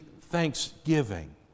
thanksgiving